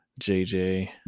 JJ